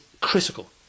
critical